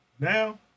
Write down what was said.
Now